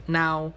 now